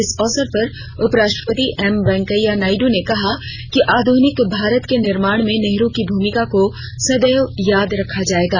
इस अवसर पर उप राष्ट्रपति एम वेंकैया नायडू ने कहा कि आध्निक भारत के निर्माण में नेहरू की भूमिका को सदैव याद रखा जाएगा